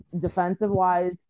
defensive-wise